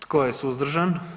Tko je suzdržan?